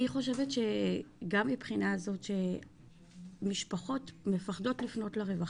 אני חושבת שגם מבחינה הזאת שמשפחות מפחדות לפנות לרווחה,